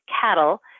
cattle